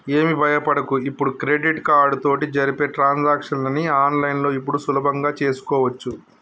ఏమి భయపడకు ఇప్పుడు క్రెడిట్ కార్డు తోటి జరిపే ట్రాన్సాక్షన్స్ ని ఆన్లైన్లో ఇప్పుడు సులభంగా చేసుకోవచ్చు